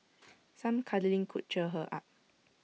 some cuddling could cheer her up